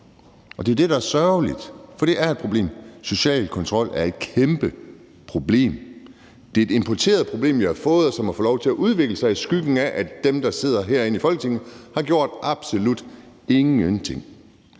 Det er det, der er sørgeligt, for det er et problem. Social kontrol er et kæmpe problem. Det er et importeret problem, vi har fået, og som har fået lov til at udvikle sig i skyggen af, at dem, der sidder herinde i Folketinget, har gjort absolut ingenting.